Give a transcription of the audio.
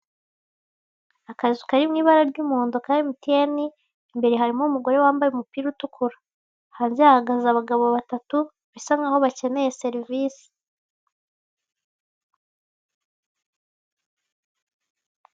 Akazu kari mu ibara ry'umuhondo ka MTN, imbere harimo umugore wambaye umupira utukura. Hanze hahagaze abagabo batatu, bisa nkaho bakeneye serivisi.